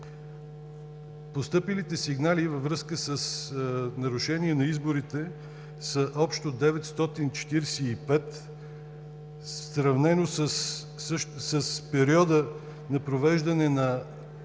Постъпилите сигнали във връзка с нарушения на изборите са общо 945, сравнено с периода на провеждане на